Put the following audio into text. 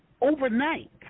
overnight